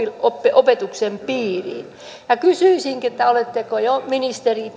opetuksen piiriin kysyisinkin oletteko jo ministeri